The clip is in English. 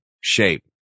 shape